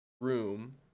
room